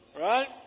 Right